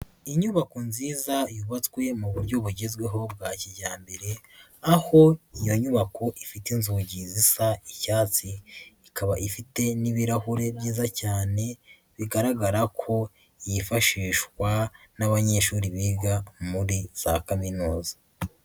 Inyubako nziza yubatswe mu buryo bugezweho bwa kijyambere, aho iyo nyubako ifite inzugi zisa icyatsi. Ikaba ifite n'ibirahure byiza cyane bigaragara ko yifashishwa n'abanyeshuri biga muri za kaminuza.